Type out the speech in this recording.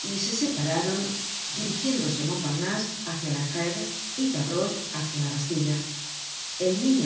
y se separaron dirigiéndose montparnase hácia la gréve y gavroche hácia la bastilla el niño